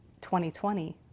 2020